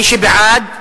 מי שבעד,